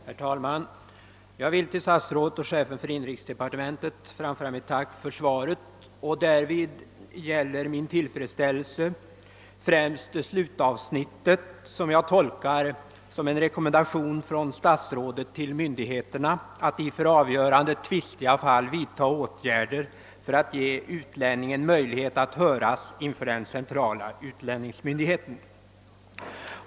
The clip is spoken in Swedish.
Herr talman! Jag vill till statsrådet och chefen för inrikesdepartementet framföra mitt tack för svaret. Därvid gäller min tillfredsställelse främst slut avsnittet vilket jag tolkar som en rekommendation från statsrådet till myndigheterna att inför avgörandet i tvistiga fall vidta åtgärder för att ge utlänningen möjlighet att höras inför den centrala utlänningsmyndigheten.